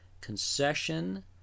concession